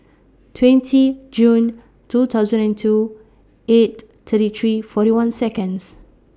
twenty June two thousand and two eight thirty three forty one Seconds